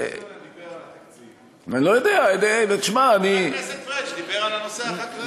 דיבר על התקציב וחבר הכנסת פריג' דיבר על הנושא החקלאי.